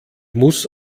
muss